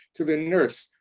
to the nurse,